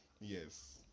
yes